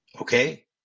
Okay